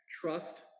trust